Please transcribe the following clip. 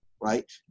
right